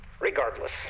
Regardless